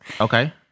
Okay